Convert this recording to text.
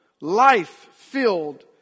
life-filled